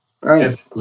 Right